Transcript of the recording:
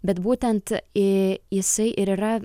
bet būtent į jisai ir yra